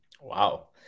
wow